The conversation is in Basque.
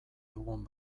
dugun